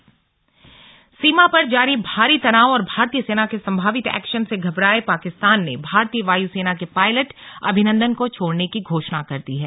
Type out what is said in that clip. slug pilot सीमा पर जारी भारी तनाव और भारतीय सेना के संभावित एक्शन से घबराए पाकिस्तान ने भारतीय वायु सेना के पायलट अभिनंदन को छोड़ने की घोषणा कर दी है